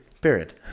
Period